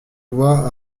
voix